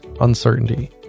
uncertainty